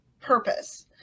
purpose